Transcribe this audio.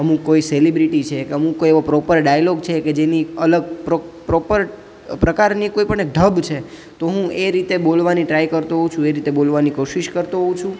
અમુક કોઈ સેલિબ્રિટી છે કે અમુક એવો કોઈ પ્રોપર ડાયલોગ છે કે જેની અલગ પ્રોપર પ્રકારની કોઈ પણ એક ઢબ છે તો હું એ રીતે બોલવાની ટ્રાય કરતો હોઉં છું એ રીતે બોલવાની કોશિશ કરતો હોઉં છું